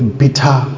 bitter